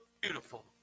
Beautiful